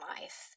life